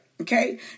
Okay